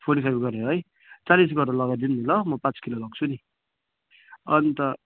forty five गरेर है चालिस गरेर लगाइदिनु नि ल म पाँच किलो लग्छु नि अन्त